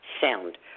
sound